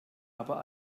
aber